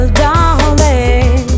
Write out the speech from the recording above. darling